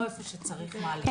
לא איפה שצריך מעלית.